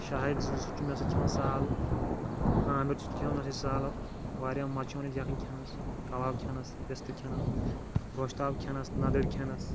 شاہد سُہ تہِ چھُ مےٚ سۭتۍ کھؠوان سال عامِر سُہ تہِ کھؠوان مےٚ سۭتۍ سال واریاہ مَزٕ چھُ یِوان اَسہِ یکھٕنۍ کھؠنَس کَباب کھؠنَس رِستہٕ کھؠنَس گۄشتاب کھؠنَس نَدٕرۍ کھؠنَس